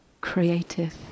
creative